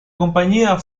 compañía